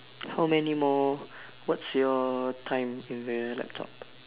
how many more what's your time in the laptop